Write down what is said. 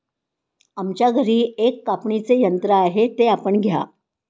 आमच्या घरी एक कापणीचे यंत्र आहे ते आपण घ्या